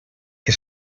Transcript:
que